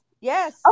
Yes